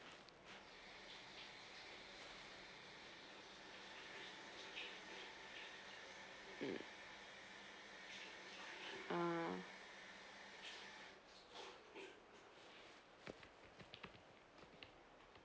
mm uh